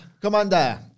Commander